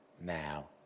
now